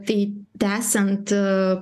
tai tęsiant